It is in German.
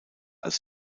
als